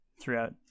throughout